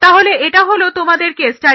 তাহলে এটা হলো তোমাদের কেস স্টাডি